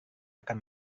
akan